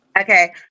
Okay